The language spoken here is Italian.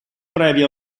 previa